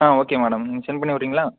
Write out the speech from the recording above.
okay madam நீங்க send பண்ணி விடுறிங்களா